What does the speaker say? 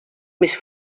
més